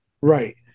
Right